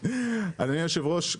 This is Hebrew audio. אדוני היושב ראש,